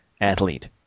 athlete